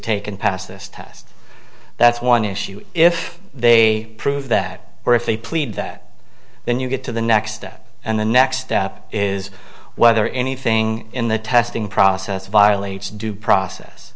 take and pass this test that's one issue if they prove that or if they plead that then you get to the next step and the next step is whether anything in the testing process violates due process